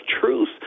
truth